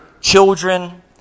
children